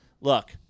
look